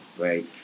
right